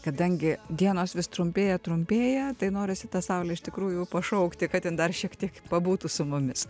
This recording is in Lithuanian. kadangi dienos vis trumpėja trumpėja tai norisi tą saulę tikrųjų pašaukti kad jin dar šiek tiek pabūtų su mumis